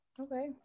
okay